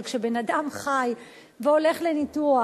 אבל כשבן-אדם חי הולך לניתוח,